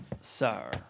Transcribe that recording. sir